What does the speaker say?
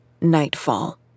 Nightfall